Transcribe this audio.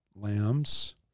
lambs